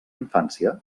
infància